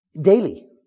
Daily